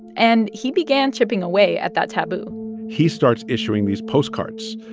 and he began chipping away at that taboo he starts issuing these postcards.